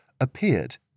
appeared